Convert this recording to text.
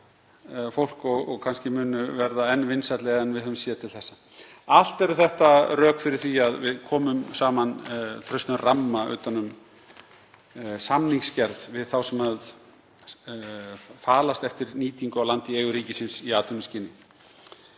fólk og munu kannski verða enn vinsælli en við höfum séð til þessa. Allt eru þetta rök fyrir því að við komum saman traustum ramma utan um samningsgerð við þá sem falast eftir nýtingu á landi í eigu ríkisins í atvinnuskyni.